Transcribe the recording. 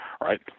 right